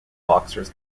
boxers